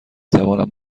توانم